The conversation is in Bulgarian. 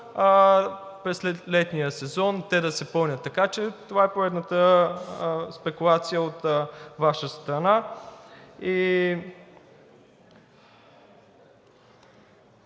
през летния сезон те да се пълнят. Така че това е поредната спекулация от Ваша страна.